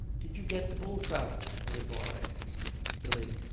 did you get the bull-trout, billy boy billy.